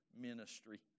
ministry